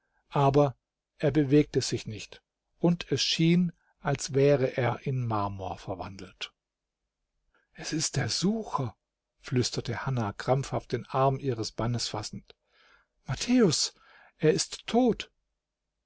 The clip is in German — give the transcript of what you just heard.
aber er bewegte sich nicht und es schien als wäre er in marmor verwandelt es ist der sucher flüsterte hanna krampfhaft den arm ihres mannes fassend matthäus er ist tot